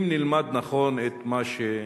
אם נלמד נכון את מה,